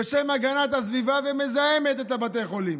בשם הגנת הסביבה, ומזהמת את בתי החולים.